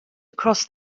across